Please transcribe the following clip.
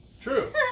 True